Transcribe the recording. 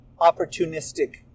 opportunistic